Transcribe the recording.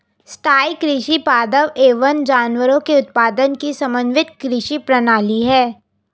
स्थाईं कृषि पादप एवं जानवरों के उत्पादन की समन्वित कृषि प्रणाली है